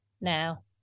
now